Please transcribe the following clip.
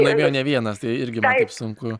laimėjo ne vienas tai irgi man taip sunku